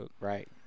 Right